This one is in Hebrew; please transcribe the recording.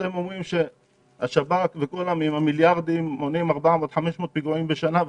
אתם אומרים שהשב"כ וכל המיליארדים מונעים 400 או 500 פיגועים בשנה,